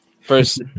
First